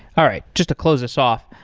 all right. just to close this off,